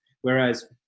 whereas